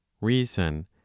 reason